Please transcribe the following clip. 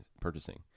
purchasing